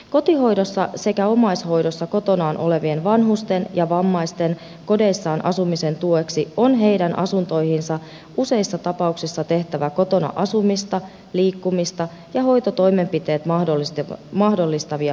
kotihoidossa sekä omaishoidossa kotonaan olevien vanhusten ja vammaisten kodeissaan asumisen tueksi on heidän asuntoihinsa useissa tapauksissa tehtävä kotona asumista liikkumista ja hoitotoimenpiteitä mahdollistavia muutoksia